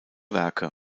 werke